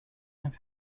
have